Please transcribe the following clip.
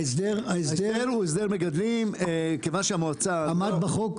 ההסדר --- ההסדר הוא הסדר מגדלים כיוון שהמועצה --- עמד בחוק?